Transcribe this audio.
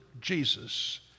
Jesus